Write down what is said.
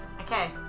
Okay